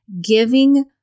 giving